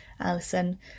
Alison